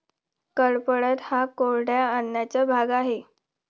कडपह्नट हा कोरड्या अन्नाचा भाग आहे